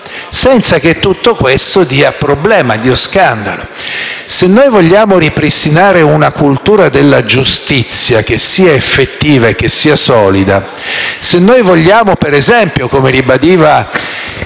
senza che tutto questo crei problemi e dia scandalo. Se vogliamo ripristinare una cultura della giustizia che sia effettiva e solida, se vogliamo, per esempio, come ribadiva